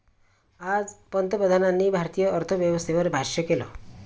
आज पंतप्रधानांनी भारतीय अर्थव्यवस्थेवर भाष्य केलं